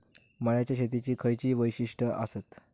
मळ्याच्या शेतीची खयची वैशिष्ठ आसत?